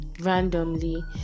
randomly